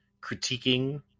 critiquing